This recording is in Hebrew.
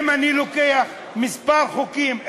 אם אני לוקח מספר חוקים,